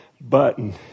button